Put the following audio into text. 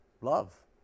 Love